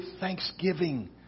thanksgiving